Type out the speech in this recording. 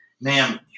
ma'am